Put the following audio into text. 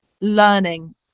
learning